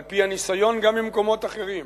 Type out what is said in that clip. על-פי הניסיון גם ממקומות אחרים,